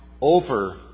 over